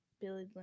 Billy